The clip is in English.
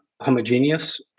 homogeneous